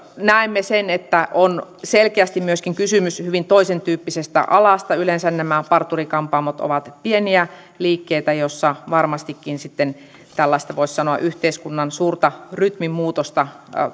näemme sen että on selkeästi myöskin kysymys hyvin toisentyyppisestä alasta yleensä nämä parturi kampaamot ovat pieniä liikkeitä joissa varmastikin sitten tällaista voisi sanoa yhteiskunnan suurta rytminmuutosta